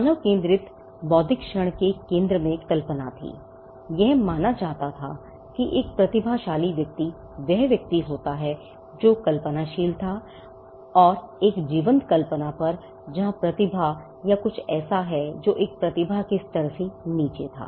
मानव केन्द्रित बौद्धिक क्षण के केंद्र में कल्पना थी यह माना जाता था कि एक प्रतिभाशाली व्यक्ति वह व्यक्ति होता है जो कल्पनाशील था और एक जीवंत कल्पना पर जहां प्रतिभा या ऐसा कुछ है जो एक प्रतिभा के स्तर से नीचे था